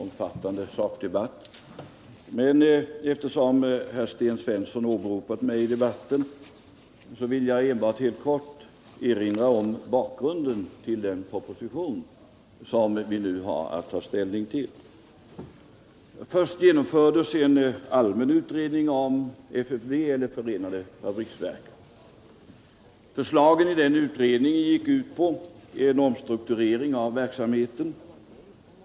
Herr talman! Jag har inte för avsikt att gå in i någon omfattande sakdiskussion. Men eftersom herr Sten Svensson har åberopat mig i debatten, vill jag helt kort erinra om bakgrunden till den proposition som vi nu — Nr 37 har att ta ställning till. Onsdagen den Först genomfördes en allmän utredning om förenade fabriksverken. 30 november 1977 Utredningens förslag gick ut på en omstrukturering av verksamheten.